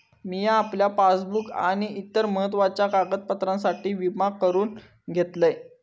मिया आपल्या पासबुक आणि इतर महत्त्वाच्या कागदपत्रांसाठी विमा करून घेतलंय